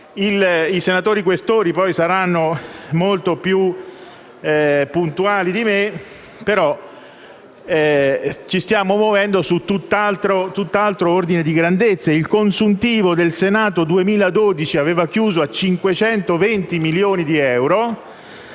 I senatori Questori saranno molto più puntuali di me, però ci stiamo muovendo su tutt'altro ordine di grandezze: il consuntivo del Senato 2012 aveva chiuso a 520 milioni euro;